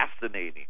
fascinating